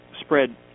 spread